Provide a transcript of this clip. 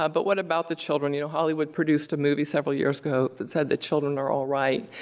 ah but what about the children? you know hollywood produced a movie several years ago, that said the children are alright,